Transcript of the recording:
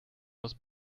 was